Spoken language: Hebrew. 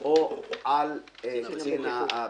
או על קצין הבטיחות.